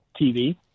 TV